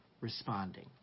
responding